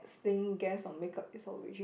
explain guess or make up its origin